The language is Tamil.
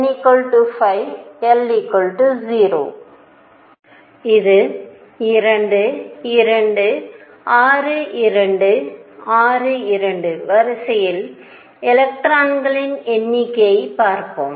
இது 2 2 6 2 6 2 வரிசையில் எலக்ட்ரான்களின் எண்ணிக்கையைப் பார்ப்போம்